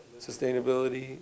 sustainability